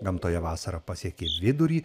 gamtoje vasarą pasiekė vidurį